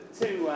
two